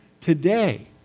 today